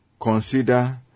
consider